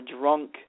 drunk